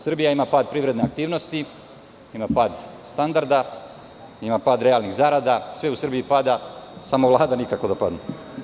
Srbija ima pad privredne aktivnosti, ima pad standarda, pad realnih zarada, sve u Srbiji pada, samo Vlada nikako da padne.